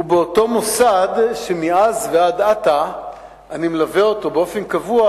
ובאותו מוסד שמאז ועד עתה אני מלווה אותו באופן קבוע,